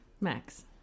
Max